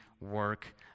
work